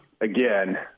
again